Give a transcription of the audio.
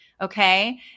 Okay